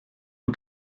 nhw